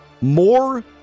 more